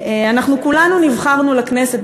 כולנו נבחרנו לכנסת,